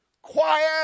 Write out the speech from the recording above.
Quiet